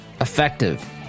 effective